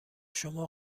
شما